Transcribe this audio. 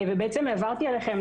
ובעצם העברתי אליכם,